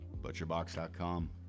butcherbox.com